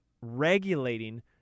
regulating